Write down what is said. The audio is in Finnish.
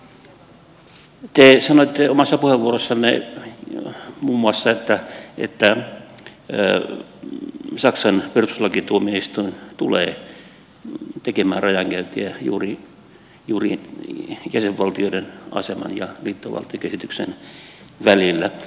te sanoitte omassa puheenvuorossanne muun muassa että jättää ne missä sen peruslaki tuomista saksan perustuslakituomioistuin tulee tekemään rajankäyntiä juuri jäsenvaltioiden aseman ja liittovaltiokehityksen välillä